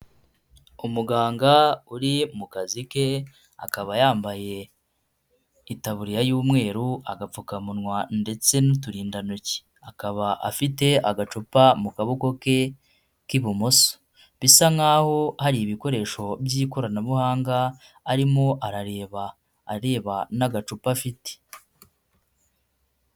Umuganga uri mu kazi ke akaba yambaye itaburiya y'umweru, agapfukamunwa ndetse n'uturindantoki, akaba afite agacupa mu kaboko ke k'ibumoso. Bisa nk'aho hari ibikoresho by'ikoranabuhanga arimo arareba areba n'agacupa afite.